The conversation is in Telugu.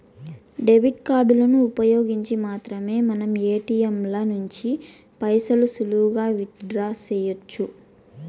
డెబిట్ కార్డులను ఉపయోగించి మాత్రమే మనం ఏటియంల నుంచి పైసలు సులువుగా విత్ డ్రా సెయ్యొచ్చు